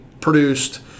produced